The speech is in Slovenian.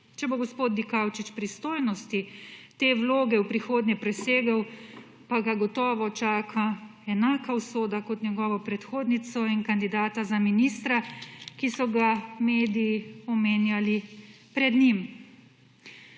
Če bo gospod Dikaučič pristojnosti te vloge v prihodnje presegel, pa ga gotovo čaka enaka usoda kot njegovo predsednico in kandidata za ministra, ki so ga mediji omenjali pred njim.